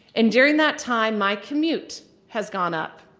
and during that time, my commute has gone up,